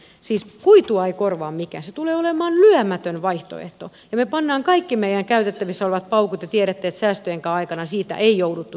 siis kuitua ei korvaa mikään se tulee olemaan lyömätön vaihtoehto ja me panemme kaikki meidän käytettävissämme olevat paukut ja tiedätte että säästöjenkään aikana siitä ei jouduttu tinkimään